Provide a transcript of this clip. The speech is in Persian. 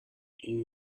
این